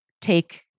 take